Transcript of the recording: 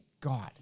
God